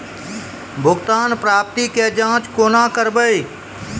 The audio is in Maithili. भुगतान प्राप्ति के जाँच कूना करवै?